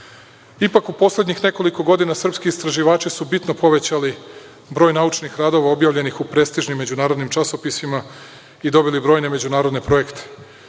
u poslednjih nekoliko godina srpski istraživači su bitno povećali broj naučnih radova objavljenih u prestižnim međunarodnim časopisima i dobili brojne međunarodne projekte